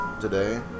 today